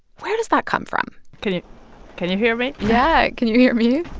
where does that come from? can you can you hear me? yeah. can you hear me?